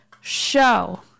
show